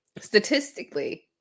statistically